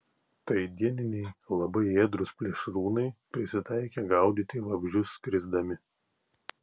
tai dieniniai labai ėdrūs plėšrūnai prisitaikę gaudyti vabzdžius skrisdami